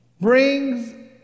brings